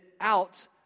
out